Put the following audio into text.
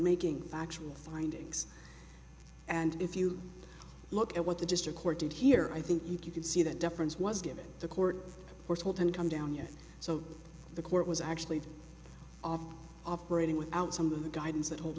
making actual findings and if you look at what the district court did here i think you can see that deference was given the court or told him to come down yes so the court was actually operating without some of the guidance that hold